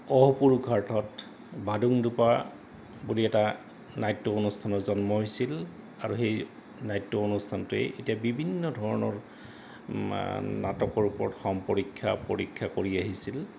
অহোপুৰুষাৰ্থ বাদুংডুপ্পা বুলি এটা নাট্য অনুষ্ঠানৰ জন্ম হৈছিল আৰু সেই নাট্য অনুষ্ঠানটোৱেই এতিয়া বিভিন্ন ধৰণৰ নাটকৰ ওপৰত সম্পৰীক্ষা পৰীক্ষা কৰি আহিছিল